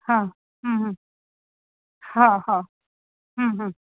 हा हम्म हम्म हा हा हम्म हम्म